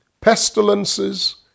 pestilences